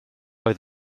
oedd